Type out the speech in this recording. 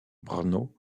brno